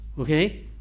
Okay